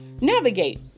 navigate